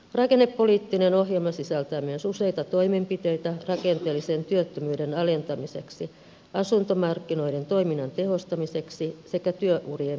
rakennepoliittinen ohjelma sisältää myös useita toimenpiteitä rakenteellisen työttömyyden alentamiseksi asuntomarkkinoiden toiminnan tehostamiseksi sekä työurien pidentämiseksi